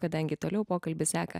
kadangi toliau pokalbis seka